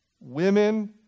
women